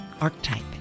archetype